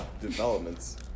developments